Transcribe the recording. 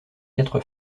quatre